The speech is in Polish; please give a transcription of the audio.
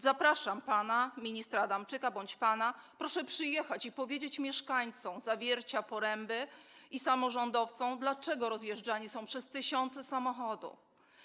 Zapraszam pana ministra Adamczyka bądź pana, proszę przyjechać i powiedzieć mieszkańcom Zawiercia, Poręby i samorządowcom, dlaczego rozjeżdżani są przez tysiące samochodów.